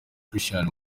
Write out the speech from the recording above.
christian